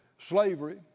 slavery